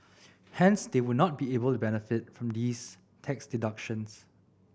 hence they would not be able to benefit from these tax deductions